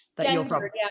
Denver